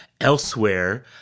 elsewhere